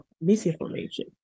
misinformation